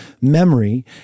memory